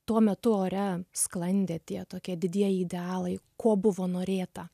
tuo metu ore sklandė tie tokie didieji idealai ko buvo norėta